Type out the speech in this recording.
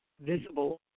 visible